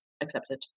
accepted